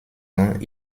ans